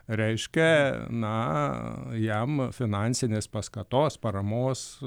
reiškia na jam finansinės paskatos paramos